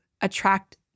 attract